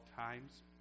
times